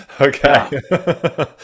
okay